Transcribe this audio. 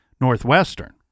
Northwestern